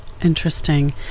interesting